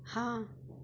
ہاں